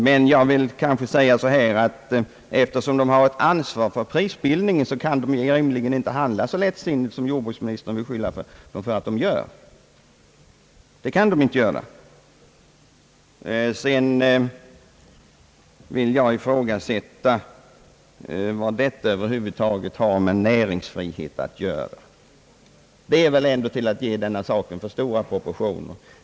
Men jag vill kanske säga, att förbundet, eftersom det har ett ansvar för prisbildningen, rimligen inte kan handla så lättsinnigt som jordbruksministern beskyller det för att göra. Sedan vill jag ifrågasätta vad detta över huvud taget har med näringsfrihet att göra. Det är väl ändå att ge denna sak för stora proportioner.